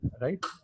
Right